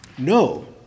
No